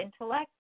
intellect